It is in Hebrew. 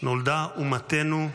נולדה אומתנו,